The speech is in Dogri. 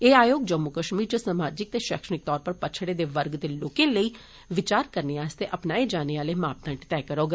एह आयोग जम्मू कश्मीर इच समाजिक ते शैक्षिणिक तौर उप्पर पिच्छडे दे वर्ग दे लोकें लेई विचार करने आस्तै अपनाएं जाने आले माप दंड तय करौग